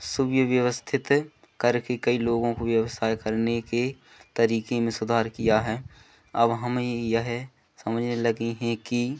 सुव्यवस्थित करके कई लोगों को व्यवसाय कर ने के तरीक़े में सुधार किया है अब हमें यह समझने लगें हैं कि